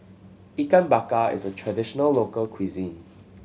Ikan Bakar is a traditional local cuisine